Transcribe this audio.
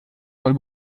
soll